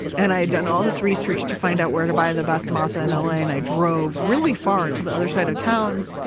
and i had done all this research to find out where to buy the best masa in l a, and i drove really far, to the other side of town,